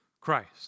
Christ